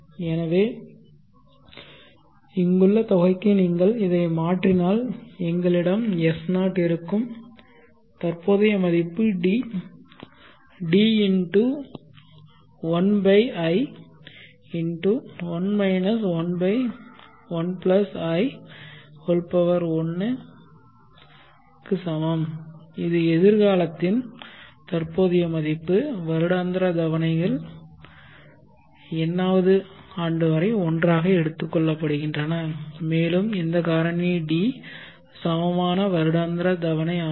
எனவே இங்குள்ள தொகைக்கு நீங்கள் இதை மாற்றினால் எங்களிடம் S0 இருக்கும் தற்போதைய மதிப்பு D D1i1 11i1 க்கு சமம் இது எதிர்காலத்தின் தற்போதைய மதிப்பு வருடாந்திர தவணைகள் nth ஆண்டு வரை ஒன்றாக எடுத்துக் கொள்ளப்படுகின்றன மேலும் இந்த காரணி D சமமான வருடாந்திர தவணை ஆகும்